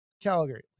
Calgary